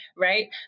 right